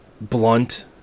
blunt